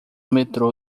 metrô